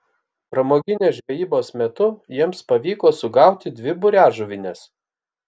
pramoginės žvejybos metu jiems pavyko sugauti dvi buriažuvines